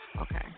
Okay